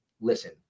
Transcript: listen